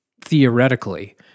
theoretically